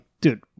dude